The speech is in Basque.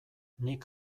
nik